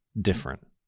different